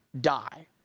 die